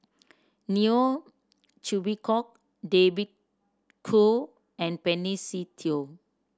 Neo Chwee Kok David Kwo and Benny Se Teo